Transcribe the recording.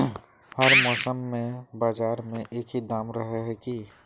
हर मौसम में बाजार में एक ही दाम रहे है की?